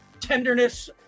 tenderness